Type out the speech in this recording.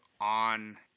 on